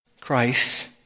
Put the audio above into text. Christ